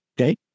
okay